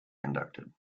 conducted